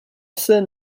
scène